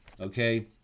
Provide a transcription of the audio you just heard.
okay